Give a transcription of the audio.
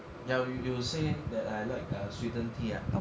ya you you will say that I like err sweetened tea ah